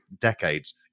decades